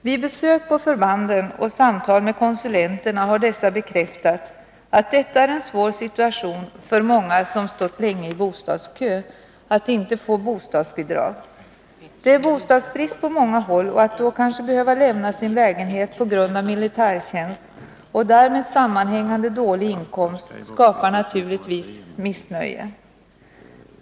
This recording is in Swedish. Vid besök på förbanden och samtal med konsulenterna har dessa bekräftat att det är en svår situation för många som stått länge i bostadskö att inte få bostadsbidrag. Det är bostadsbrist på många håll, och att då kanske behöva lämna sin lägenhet på grund av militärtjänst och därmed sammanhängande dålig inkomst skapar naturligtvis missnöje.